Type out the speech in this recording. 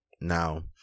Now